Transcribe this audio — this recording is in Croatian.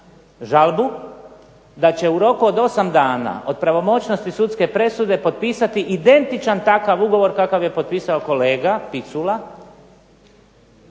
žalbu da će u roku od osam dana od pravomoćnosti sudske presude potpisati identičan takav ugovor kakav je potpisao kolega Picula.